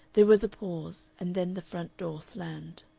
there was a pause, and then the front door slammed.